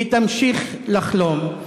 היא תמשיך לחלום.